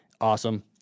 Awesome